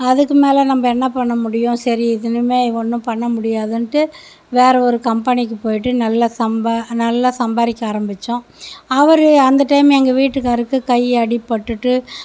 அதுக்கு மேலே நம்ப என்ன பண்ண முடியும் சரி இதுலையுமே ஒன்றும் பண்ண முடியாதுன்ட்டு வேறு ஒரு கம்பெனிக்கு போயிவிட்டு நல்லா சம்ப நல்லா சம்பாதிக்க ஆரம்பிச்சோம் அவர் அந்த டைம் எங்கள் வீட்டுக்காருக்கு கை அடிபட்டுகிட்டு